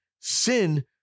Sin